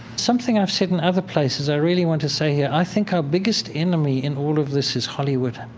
something i have seen in other places, i really want to say here. i think our biggest enemy in all of this is hollywood.